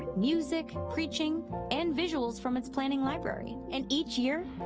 music, preaching and visuals from its planning library and each year,